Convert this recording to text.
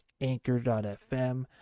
Anchor.fm